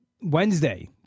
Wednesday